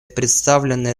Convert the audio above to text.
представленные